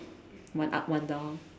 one up one down